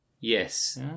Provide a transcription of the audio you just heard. Yes